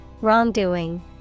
wrongdoing